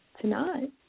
tonight